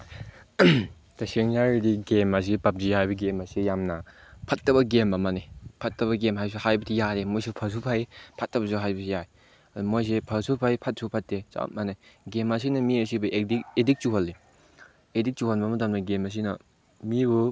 ꯇꯁꯦꯡꯅ ꯍꯥꯏꯔꯒꯗꯤ ꯒꯦꯝ ꯑꯁꯤ ꯄꯞꯖꯤ ꯍꯥꯏꯕ ꯒꯦꯝ ꯑꯁꯤ ꯌꯥꯝꯅ ꯐꯠꯇꯕ ꯒꯦꯝ ꯑꯃꯅꯤ ꯐꯠꯇꯕ ꯒꯦꯝ ꯍꯥꯏꯁꯨ ꯍꯥꯏꯕꯗꯤ ꯌꯥꯗꯦ ꯃꯣꯏꯁꯨ ꯐꯁꯨ ꯐꯩ ꯐꯠꯇꯕꯁꯨ ꯍꯥꯏꯕ ꯌꯥꯏ ꯃꯣꯏꯁꯤ ꯐꯁꯨ ꯐꯩ ꯐꯠꯁꯨ ꯐꯠꯇꯦ ꯆꯞ ꯃꯥꯟꯅꯩ ꯒꯦꯝ ꯑꯁꯤꯅ ꯃꯤ ꯑꯁꯤꯕꯨ ꯑꯦꯗꯤꯛ ꯑꯦꯗꯤꯛ ꯆꯨꯍꯜꯂꯤ ꯑꯦꯗꯤꯛ ꯆꯨꯍꯟꯕ ꯃꯇꯝꯗ ꯒꯦꯝ ꯑꯁꯤꯅ ꯃꯤꯕꯨ